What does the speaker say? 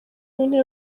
w’intebe